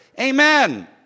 Amen